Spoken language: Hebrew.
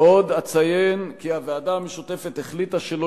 עוד אציין כי הוועדה המשותפת החליטה שלא